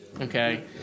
Okay